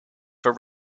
for